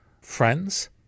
friends